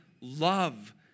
love